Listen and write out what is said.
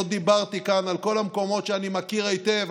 לא דיברתי כאן על כל המקומות שאני מכיר היטב;